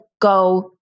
go